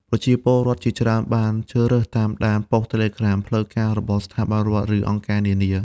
ប្រជាពលរដ្ឋជាច្រើនបានជ្រើសរើស តាមដានប៉ុស្តិ៍ Telegram ផ្លូវការ របស់ស្ថាប័នរដ្ឋ ឬអង្គការនានា។